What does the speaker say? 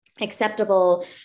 acceptable